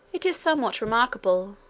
it is somewhat remarkable,